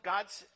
God's